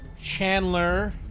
Chandler